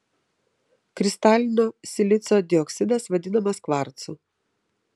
kristalinio silicio dioksidas vadinamas kvarcu